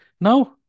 Now